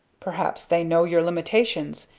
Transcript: perhaps they know your limitations,